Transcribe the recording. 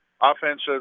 offensive